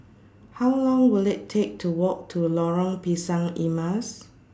How Long Will IT Take to Walk to Lorong Pisang Emas